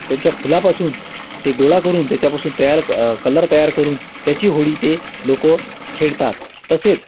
त्यांच्या फुलापासून ते गोळा करून त्याच्यापासून तयार क कलर तयार करून त्याची होळी ते लोकं खेळतात तसेच